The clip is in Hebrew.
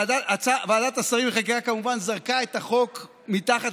ועדת השרים לחקיקה כמובן זרקה את החוק מתחת